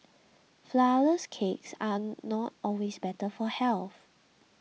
Flourless Cakes are not always better for health